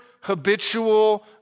habitual